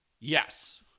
Yes